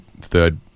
third